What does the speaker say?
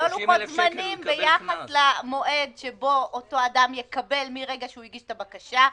לא לוחות זמנים ביחס למועד שבו אותו אדם יקבל מרגע שהוא הגיש את הבקשה.